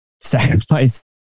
sacrifice